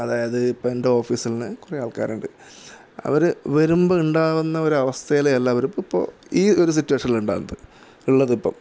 അതായത് ഇപ്പോഴെൻ്റെ ഓഫീസിൽന്ന് കുറെ ആൾക്കാരുണ്ട് അവർ വരുമ്പോൾ ഉണ്ടാകുന്ന ഒരവസ്ഥയിലെ അല്ല ഇപ്പോൾ ഈ ഒരു സിറ്റുവേഷനിൽ ഉണ്ടാകുന്നത് ഉള്ളത് ഇപ്പോൾ